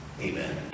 Amen